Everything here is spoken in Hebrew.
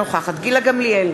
אינו נוכח זהבה גלאון,